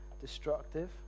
destructive